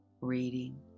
reading